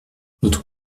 notre